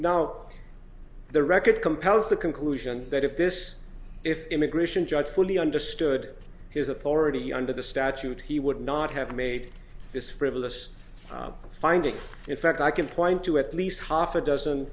now the record compels the conclusion that if this if immigration judge fully understood his authority under the statute he would not have made this frivolous finding in fact i can point to at least half a dozen